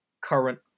current